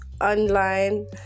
online